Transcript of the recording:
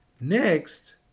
Next